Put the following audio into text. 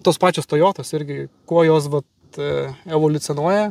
tos pačios tojotos irgi kuo jos vat evoliucionuoja